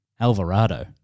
Alvarado